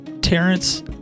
Terrence